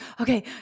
okay